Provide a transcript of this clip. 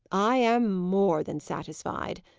i am more than satisfied,